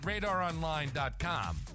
RadarOnline.com